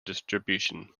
distribution